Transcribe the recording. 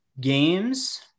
games